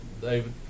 David